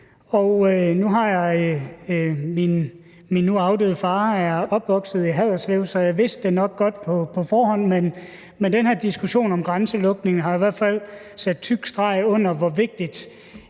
meget imod. Min nu afdøde far er opvokset i Haderslev, så jeg vidste det nok godt på forhånd, men den her diskussion om grænselukningen har i hvert fald sat en tyk streg under, hvor vigtig